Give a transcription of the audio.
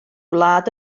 wlad